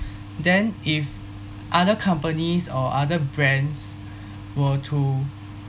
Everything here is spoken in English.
then if other companies or other brands were to